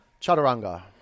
Chaturanga